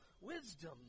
wisdom